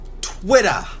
Twitter